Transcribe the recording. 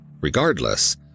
Regardless